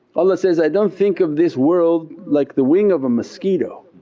allah says, i don't think of this world like the wing of a mosquito.